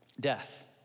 death